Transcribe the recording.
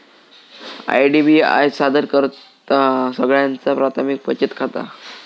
IDBI सादर करतहा सगळ्यांचा प्राथमिक बचत खाता